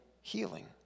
healing